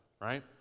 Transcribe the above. right